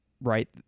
right